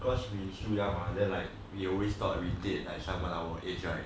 cause we still young mah then like we always date like someone our age right